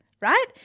right